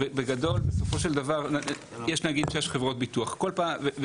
בגדול בסופו של דבר נגיד שיש חברות ביטוח ולצורך